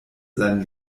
sein